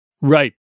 Right